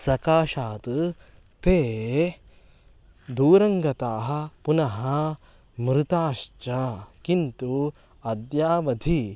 सकाशात् ते दूरङ्गताः पुनः मृताश्च किन्तु अद्यावधि